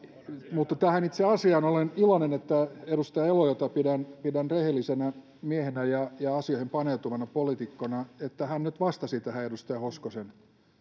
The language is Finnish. mutta tähän itse asiaan olen iloinen että edustaja elo jota pidän pidän rehellisenä miehenä ja ja asioihin paneutuvana poliitikkona nyt vastasi tähän edustaja hoskosen